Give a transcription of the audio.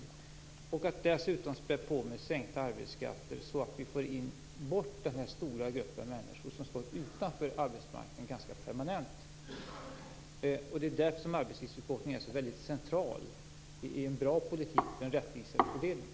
Dessutom gäller det att spä på med sänkta arbetsskatter så att vi får bort den stora grupp människor som ganska permanent står utanför arbetsmarknaden. Därför är frågan om en arbetstidsförkortning så central i en bra politik för en rättvisare fördelning.